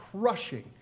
crushing